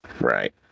Right